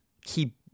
keep